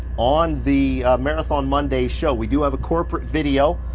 on the marathon monday show. we do have a corporate video.